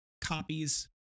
copies